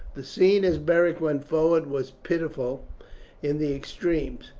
the scene as beric went forward was pitiful in the extreme.